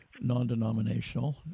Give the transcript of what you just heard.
non-denominational